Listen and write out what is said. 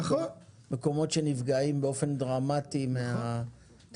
מקומות שנפגעים באופן דרמטי בשל היעדר